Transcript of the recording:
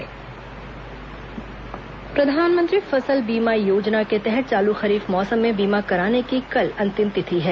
प्रधानमंत्री फसल बीमा योजना प्रधानमंत्री फसल बीमा योजना के तहत चालू खरीफ मौसम में बीमा कराने की कल अंतिम तिथि है